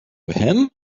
him